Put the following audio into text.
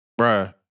bruh